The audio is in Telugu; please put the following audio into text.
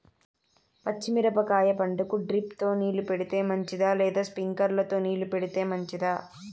పచ్చి మిరపకాయ పంటకు డ్రిప్ తో నీళ్లు పెడితే మంచిదా లేదా స్ప్రింక్లర్లు తో నీళ్లు పెడితే మంచిదా?